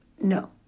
No